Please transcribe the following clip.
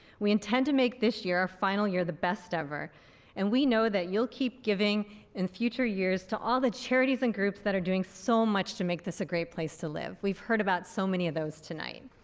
we intend to make this year our final your the best ever and we know that you'll keep giving in future years to all the charities and groups that are doing so much to make this a great place to live. we've heard about so many of those tonight.